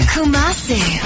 Kumasi